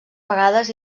vegades